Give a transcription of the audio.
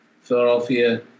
Philadelphia